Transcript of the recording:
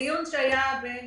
בדיון בין